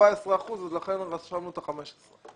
14 אחוזים, לכן רשמנו את ה-15 אחוזים.